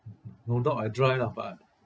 no doubt I drive lah but